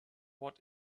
what